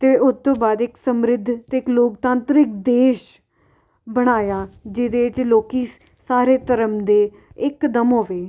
ਅਤੇ ਉਹ ਤੋਂ ਬਾਅਦ ਇੱਕ ਸਮਰਿਧ ਅਤੇ ਇੱਕ ਲੋਕਤੰਤਰ ਦੇਸ਼ ਬਣਾਇਆ ਜਿਹਦੇ 'ਚ ਲੋਕ ਸਾਰੇ ਧਰਮ ਦੇ ਇਕਦਮ ਹੋਵੇ